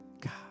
God